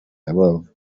above